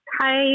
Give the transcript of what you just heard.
Hi